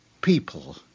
people